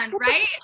right